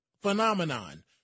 phenomenon